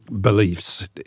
beliefs